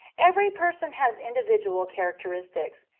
every person has individual characteristics.